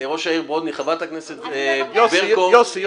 ראש העיר ברודני, חברת הכנסת ברקו --- יוסי.